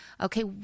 Okay